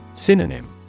Synonym